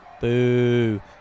Boo